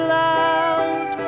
loud